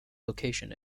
location